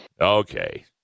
Okay